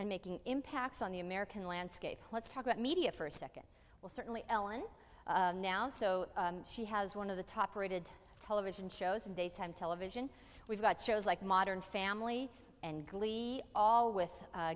and making impacts on the american landscape let's talk about media for a second well certainly ellen now so she has one of the top rated television shows and they tend television we've got shows like modern family and